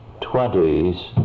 twenties